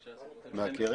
מה?